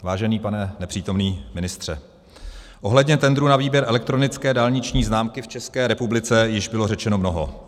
Vážený pane nepřítomný ministře, ohledně tendru na výběr elektronické dálniční známky v České republice již bylo řečeno mnoho.